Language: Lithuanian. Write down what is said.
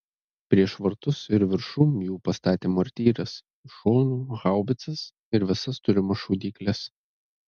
prieš vartus ir viršum jų pastatė mortyras iš šonų haubicas ir visas turimas šaudykles